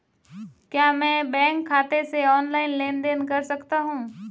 क्या मैं बैंक खाते से ऑनलाइन लेनदेन कर सकता हूं?